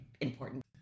important